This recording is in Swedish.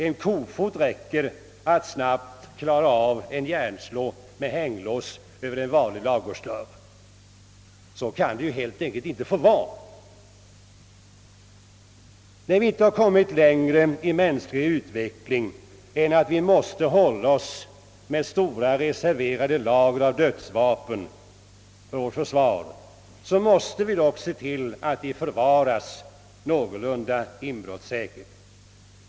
En kofot räcker för att snabbt klara av en järnslå med hänglås över en vanlig ladugårdsdörr. Så kan det helt enkelt inte få vara. När vi inte har kommit längre i mänsklig utveckling än att vi måste hålla oss med stora reserverade lager av dödsvapen för vårt försvar, måste vi se till att de förvaras någorlunda inbrottssäkert.